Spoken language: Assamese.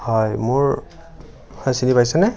হয় মোৰ হয় চিনি পাইছেনে